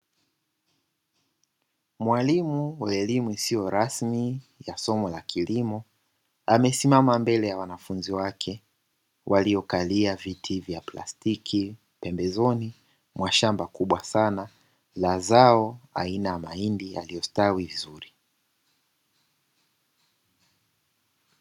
Mwalimu wa elimu isiyo rasmi ya somo la kilimo, amesimama mbele ya wanafunzi wake waliokalia viti vya plastiki pembezoni mwa shamba kubwa sana la zao aina ya mahindi yaliyostawi vizuri.